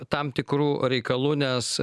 tam tikru reikalų nes